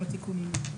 עם התיקונים.